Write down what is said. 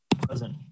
Present